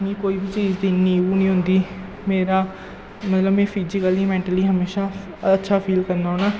मी कोई बी चीज दी इन्नी ओह् निं होंदी मेरा मतलब में फिजीकली मैंटली हमेशा अच्छा फील करना होन्नां